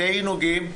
בתי עינוגים.